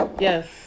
Yes